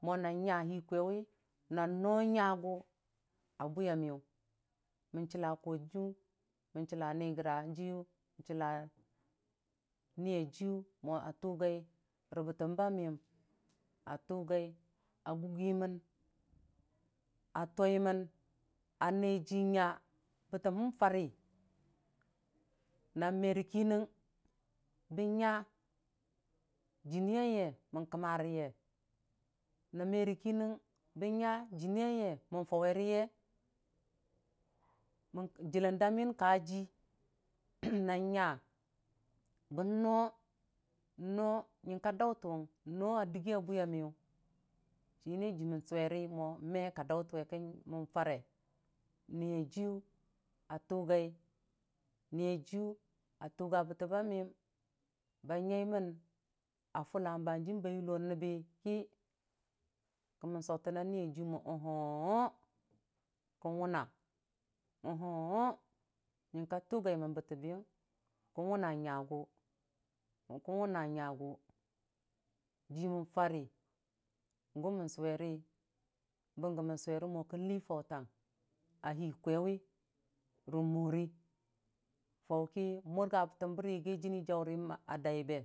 Mo na nya hii kwaiwi nə nyagʊ a bwiya miyʊ mən chilla kojiiyʊ, mən chilla Nigra jiyʊ chilla, Niiyajiiyʊ mo a tugai rə bətəm ba miyəm a tugai a gugi mən a toimən a ne jinya bətəmnəm fari na me rə ki nɨng bən nya jənni yeya mən kəmar ye na me rik nɨng bən nya jʊnnii yeya mən kəmar, ye na merik nɨng bən nya jənnii yeyai mən fauwe rə ye əilən da miyin kajii nən nya bənno nə nuəng kə dau tənwʊng dii mən suwere mo me kadautən we kən mən fare Niiya jiiyʊ a tugai niiyam a tuga bətəm ba miyəm ba nyan mən a fʊlla bahənəəm ba yʊlo nəbbə ki kəmən sotəna niyajiyu mo ohowoo kən wʊna ohowoo nyəkə tugai mən bə tibiying kən wʊna nyagʊ kən wʊna nya gʊ jii mən farə gu mən suwerə bənge mən suwe mo kən lii fautang a hii kwaiwi rə morə fauki murga tən be də yagi jənnin jauri.